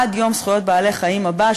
עד יום זכויות בעלי-החיים הבא,